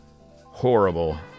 horrible